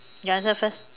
you answer first